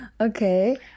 okay